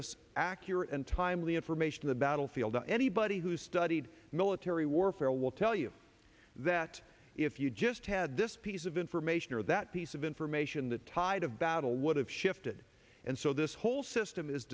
us accurate and timely information in the battlefield to anybody who's studied military warfare will tell you that if you just had this piece of information or that piece of information the tide of battle would have shifted and so this whole system is